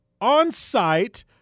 on-site